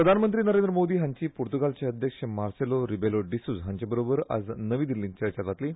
प्रधानमंत्री नरेंद्र मोदी हांची पुर्तुगालचे अध्यक्ष मार्सेलो रिबेलो डीसूज हांचे बरोबर आज नवी दिल्लींत चर्चा जातली